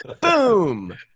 Boom